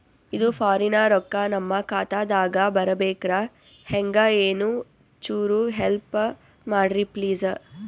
ಇದು ಫಾರಿನ ರೊಕ್ಕ ನಮ್ಮ ಖಾತಾ ದಾಗ ಬರಬೆಕ್ರ, ಹೆಂಗ ಏನು ಚುರು ಹೆಲ್ಪ ಮಾಡ್ರಿ ಪ್ಲಿಸ?